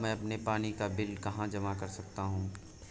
मैं अपने पानी का बिल कहाँ जमा कर सकता हूँ?